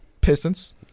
Pistons